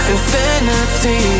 Infinity